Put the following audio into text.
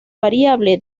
variable